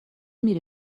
میری